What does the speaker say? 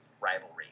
rivalry